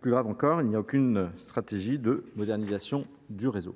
Plus grave encore, on n’y trouve aucune stratégie de modernisation du réseau.